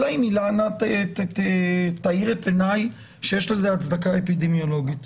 אלא אם אילנה תאיר את עיניי שיש לזה הצדקה אפידמיולוגית.